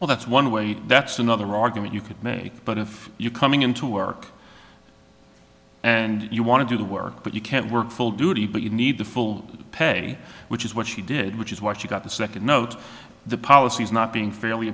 well that's one way that's another argument you could make but if you coming into work and you want to do the work but you can't work full duty but you need the full pay which is what she did which is why she got the second note the policy is not being fairly